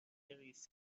ریسک